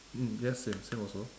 mm yes same same also